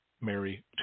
Mary